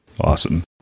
awesome